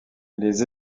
les